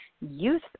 Youth